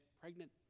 pregnant